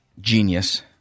genius